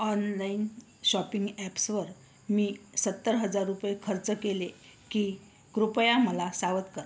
online shopping ॲप्सवर मी सत्तर हजार रुपये खर्च केले की कृपया मला सावध करा